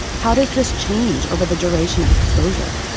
how does this change over the duration of exposure,